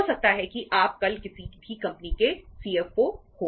हो सकता है कि आप कल किसी भी कंपनी के CFO हो